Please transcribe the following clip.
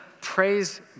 Praise